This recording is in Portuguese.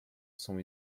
são